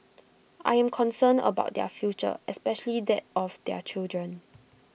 I am concerned about their future especially that of their children